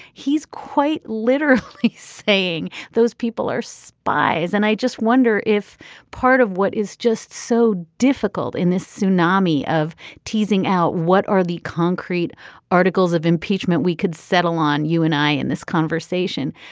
he's quite literally saying those people are spies and i just wonder if part of what is just so difficult in this tsunami of teasing out what are the concrete articles of impeachment we could settle on you and i in this conversation.